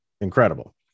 incredible